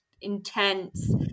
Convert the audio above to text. intense